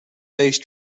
based